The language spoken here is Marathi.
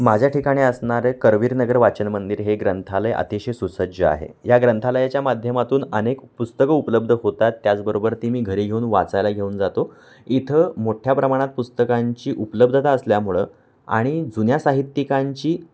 माझ्या ठिकाणी असणारे करवीरनगर वाचन मंदिर हे ग्रंथालय अतिशय सुसज्ज आहे या ग्रंथालयाच्या माध्यमातून अनेक पुस्तकं उपलब्ध होतात त्याचबरोबर ती मी घरी घेऊन वाचायला घेऊन जातो इथं मोठ्या प्रमाणात पुस्तकांची उपलब्धता असल्यामुळं आणि जुन्या साहित्यिकांची